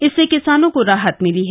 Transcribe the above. इससे किसानों को राहत मिली है